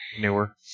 Newer